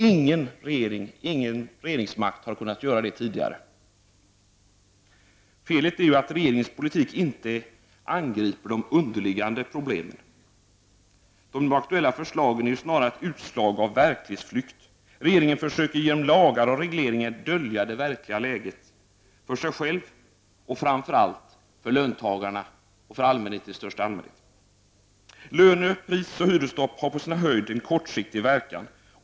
Ingen regeringsmakt har kunnat göra det tidigare. Felet är ju att regeringens politik inte angriper de underliggande problemen. De aktuella förslagen är ju snarast ett utslag av verklighetsflykt. Regeringen försöker genom lagar och regleringar dölja det verkliga läget för sig själv och framför allt för löntagarna och folk i största allmänhet. Löne-, prisoch hyresstopp har på sin höjd en kortsiktig verkan.